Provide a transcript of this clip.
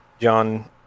John